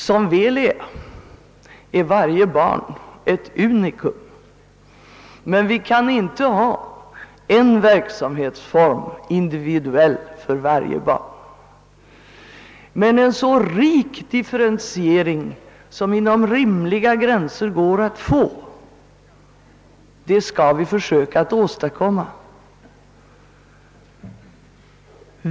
Varje barn är — som väl är! — ett unikum, men vi kan inte ha en individuell verksamhetsform för tillsynen av barnen. Vi skall dock försöka åstadkomma en så rik differentiering som det inom rimliga gränser är möjligt att nå.